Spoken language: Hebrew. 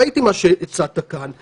ראיתי מה שהצעת כאן,